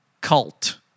cult